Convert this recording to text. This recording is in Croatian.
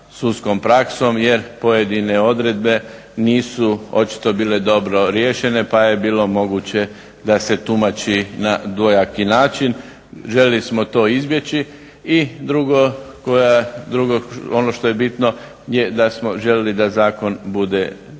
jer pojedine odredbe nisu očito bile dobro riješene pa je bilo moguće da se tumači na dvojaki način, željeli smo to izbjeći. I drugo ono što je bitno je da smo željeli da zakon bude čitljiv,